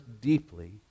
deeply